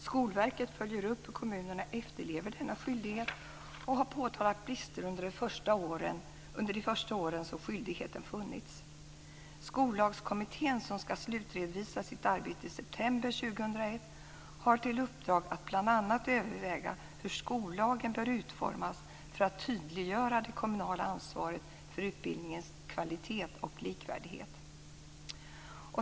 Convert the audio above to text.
Skolverket följer upp hur kommunerna efterlever denna skyldighet och har påtalat brister under de första år som skyldigheten funnits. Skollagskommittén, som ska slutredovisa sitt arbete i september 2001, har till uppdrag att bl.a. överväga hur skollagen bör utformas för att tydliggöra det kommunala ansvaret för utbildningens kvalitet och likvärdighet.